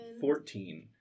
Fourteen